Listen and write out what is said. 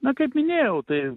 na kaip minėjau tai